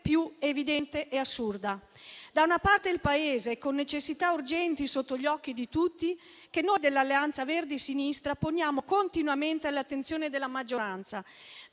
più evidente e assurda. Da una parte, c'è un Paese con necessità urgenti, sotto gli occhi di tutti, che noi dell'Alleanza Verdi e Sinistra poniamo continuamente all'attenzione della maggioranza.